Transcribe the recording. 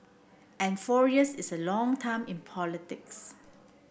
and four years is a long time in politics